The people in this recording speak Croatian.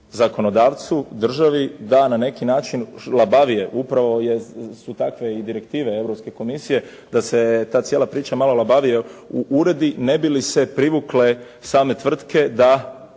zakonodavcu, državi da na neki način labavije upravo su i takve direktive Europske komisije da se ta cijela priča malo labavije uredi ne bi li se privukle same tvrtke da